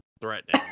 threatening